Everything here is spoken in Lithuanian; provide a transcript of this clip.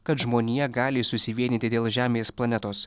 kad žmonija gali susivienyti dėl žemės planetos